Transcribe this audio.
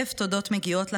אלף תודות מגיעות לכם.